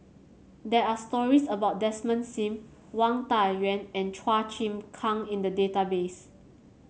there are stories about Desmond Sim Wang Dayuan and Chua Chim Kang in the database